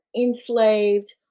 enslaved